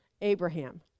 Abraham